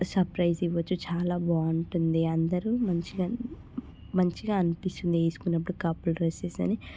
surprise ఇవ్వచ్చు చాలా బాగుంటుంది అందరూ మంచిగా మంచిగా అనిపిస్తుంది వేసుకున్నప్పుడు కపుల్ డ్రెస్సెస్ అని